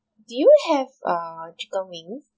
do you have err chicken wings